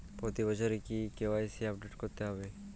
প্রতি বছরই কি কে.ওয়াই.সি আপডেট করতে হবে?